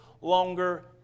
longer